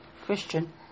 christian